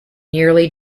nearly